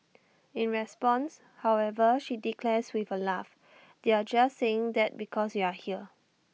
in response however she declares with A laugh they're just saying that because you're here